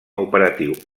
operatiu